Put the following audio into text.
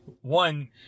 one